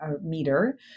meter